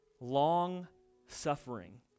long-suffering